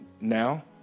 Now